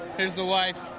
is the wife.